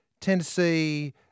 Tennessee